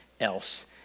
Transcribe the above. else